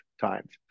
times